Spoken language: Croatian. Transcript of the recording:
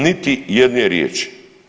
Niti jedne riječi.